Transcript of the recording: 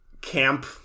camp